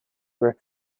were